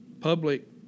public